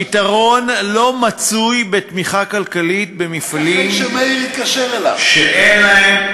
הפתרון לא מצוי בתמיכה כלכלית במפעלים שאין להם,